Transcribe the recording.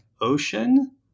Ocean